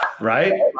Right